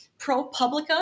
ProPublica